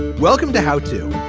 welcome to how to.